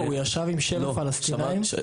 לא, הוא ישב עם שני פלסטינים בתא המעצר.